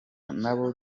nabo